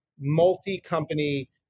multi-company